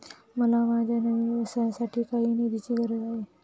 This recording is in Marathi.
मला माझ्या नवीन व्यवसायासाठी काही निधीची गरज आहे